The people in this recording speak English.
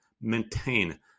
maintain